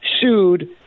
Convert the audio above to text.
sued